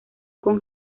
con